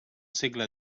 segle